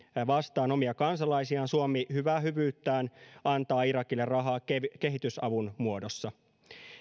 vastaan omia kansalaisiaan suomi hyvää hyvyyttään antaa irakille rahaa kehitysavun muodossa